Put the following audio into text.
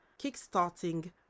kickstarting